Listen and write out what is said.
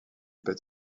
peut